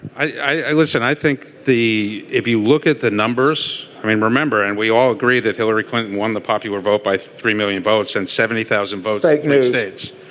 i listen i think the if you look at the numbers i mean remember and we all agree that hillary clinton won the popular vote by three million votes and seventy thousand votes new states